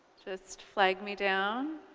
just flag me down.